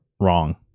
wrong